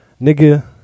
Nigga